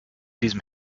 diesem